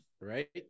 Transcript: Right